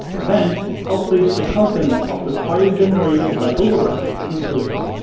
then i'll paste the contents of the file generated by bubblewrap into it.